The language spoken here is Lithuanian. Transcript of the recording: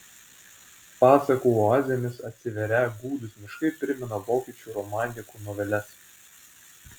pasakų oazėmis atsiverią gūdūs miškai primena vokiečių romantikų noveles